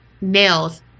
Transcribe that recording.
nails